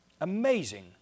Amazing